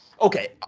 okay